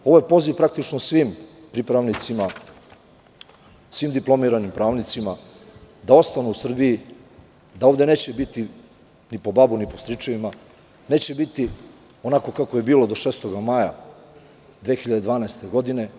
Ovo je poziv svim pripravnicima, svim diplomiranim pravnicima da ostanu u Srbiji, da ovde neće biti ni po babu ni po stričevima, neće biti onako kako je bilo do 6. maja 2012. godine.